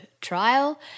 trial